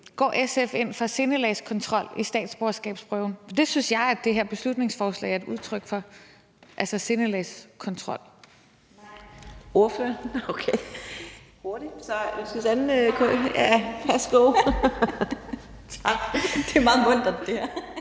Går SF ind for sindelagskontrol i statsborgerskabsprøven? For det synes jeg det her beslutningsforslag er et udtryk for, altså sindelagskontrol.